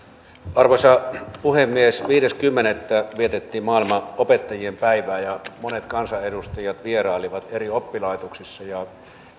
arvoisa puhemies viides kymmenettä vietettiin maailman opettajien päivää ja monet kansanedustajat vierailivat eri oppilaitoksissa ja